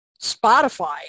Spotify